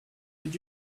with